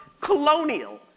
colonial